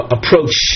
Approach